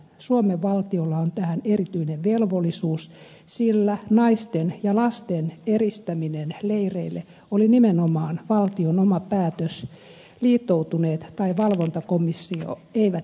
suomen valtiolla on tähän erityinen velvollisuus sillä naisten ja lasten eristäminen leireille oli nimenomaan valtion oma päätös liittoutuneet tai valvontakomissio eivät sitä vaatineet